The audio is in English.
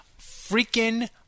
freaking